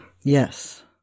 Yes